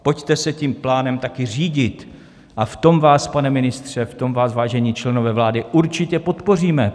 Pojďte se tím plánem také řídit a v tom vás, pane ministře, v tom vás, vážení členové vlády, určitě podpoříme.